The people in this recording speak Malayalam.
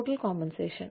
total compensation